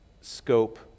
scope